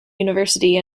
university